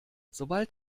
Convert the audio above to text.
sobald